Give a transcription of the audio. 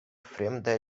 fremda